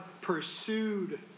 pursued